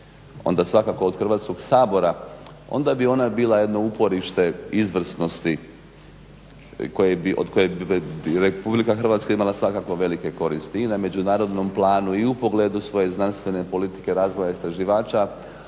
onda svakako od Hrvatskog sabora, onda bi ona bila jedno uporište izvrsnosti od koje bi RH imala velike koristi i na međunarodnom planu i u pogledu svoje znanstvene politike razvoja istraživača,